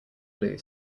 blue